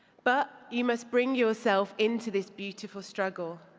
but you must bring yourself into this beautiful struggle.